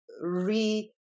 re